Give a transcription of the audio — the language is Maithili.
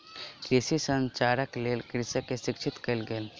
कृषि संचारक लेल कृषक के शिक्षित कयल गेल